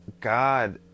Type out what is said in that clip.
God